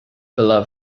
below